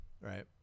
right